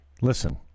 listen